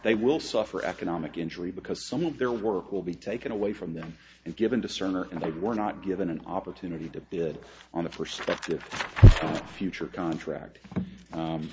they will suffer economic injury because some of their work will be taken away from them and given to cerner and they were not given an opportunity to bid on the perspective future contract